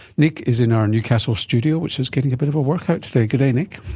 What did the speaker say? nick is in our newcastle studio, which is getting a bit of a workout today. today nick.